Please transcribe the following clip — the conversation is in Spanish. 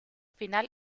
final